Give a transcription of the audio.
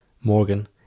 Morgan